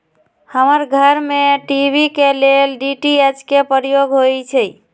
हमर घर में टी.वी के लेल डी.टी.एच के प्रयोग होइ छै